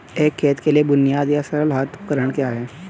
एक खेत के लिए बुनियादी या सरल हाथ उपकरण क्या हैं?